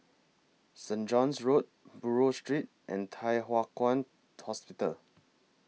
St John's Road Buroh Street and Thye Hua Kwan Hospital